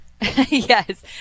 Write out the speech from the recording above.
Yes